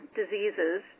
diseases